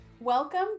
welcome